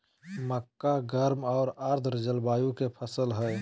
मक्का गर्म आर आर्द जलवायु के फसल हइ